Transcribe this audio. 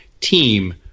team